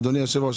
אדוני היושב ראש,